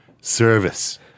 service